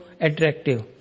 attractive